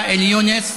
ואאל יונס,